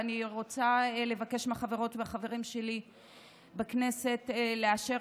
ואני רוצה לבקש מהחברות והחברים שלי בכנסת לאשר